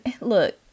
Look